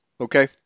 okay